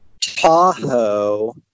Tahoe